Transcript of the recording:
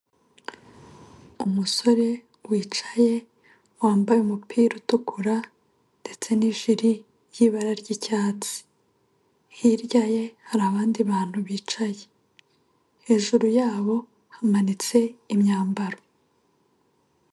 Umusore wicaye wambaye umupira utukura ndetse n'ijiri y'ibara ry'icyatsi, hirya ye hari abandi bantu bicaye, hejuru yabo hamanitse imyambaro.